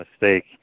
mistake